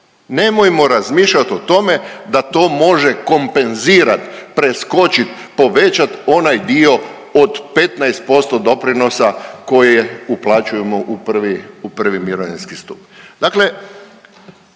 Nemojmo razmišljati o tome da to može kompenzirati, preskočit, povećat onaj dio od 15% doprinosa koje uplaćujemo u prvi mirovinski stup.